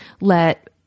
let